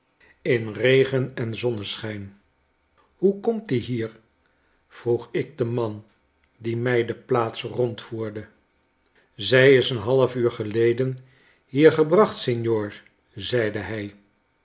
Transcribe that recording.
in regen en zonneschijn hoe komt die hier vroeg ik den man die mij de plaats rondvoerde zij is een half uur geleden hier gebracht signor zeide hij